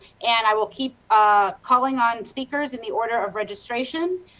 and i will keep ah calling on speakers in the order of registration.